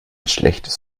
schlechtes